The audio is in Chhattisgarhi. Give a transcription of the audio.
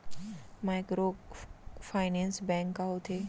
माइक्रोफाइनेंस बैंक का होथे?